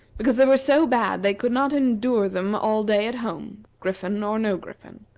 because they were so bad they could not endure them all day at home griffin or no griffin.